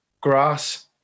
grass